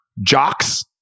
jocks